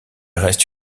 reste